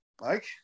mike